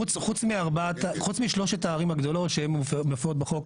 חוץ משלוש הערים הגדולות שמופיעות בחוק